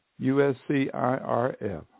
USCIRF